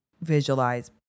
visualize